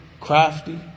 Crafty